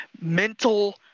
Mental